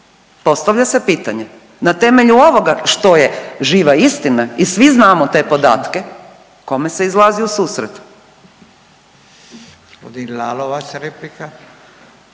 postavlja se pitanje na temelju ovoga što je živa istina i svi znamo te podatke kome se izlazi u susret?